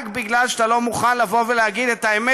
רק כי אתה לא מוכן להגיד את האמת,